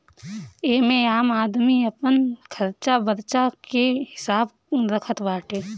एमे आम आदमी अपन खरचा बर्चा के हिसाब रखत बाटे